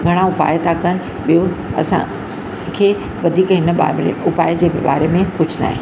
घणा उपाय था कनि ॿियो असां खे वधीक हिन मामले उपाय जे बारे में कुझु नाहे